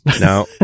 No